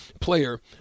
player